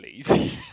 please